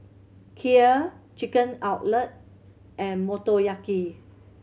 Kheer Chicken Cutlet and Motoyaki